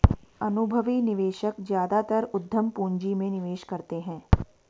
अनुभवी निवेशक ज्यादातर उद्यम पूंजी में निवेश करते हैं